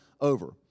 over